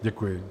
Děkuji.